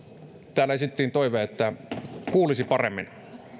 täällä esitettiin toive että kuulisi paremmin